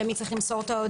למי יש למסור את ההודעה,